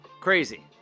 Crazy